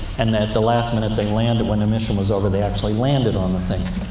and then, at the last minute, they landed. when the mission was over, they actually landed on the thing.